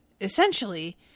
essentially